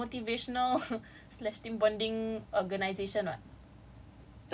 but they were like from some motivational slash team bonding organisation [what]